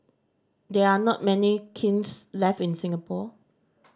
there are not many kilns left in Singapore